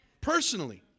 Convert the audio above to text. personally